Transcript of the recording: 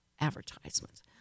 advertisements